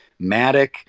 Matic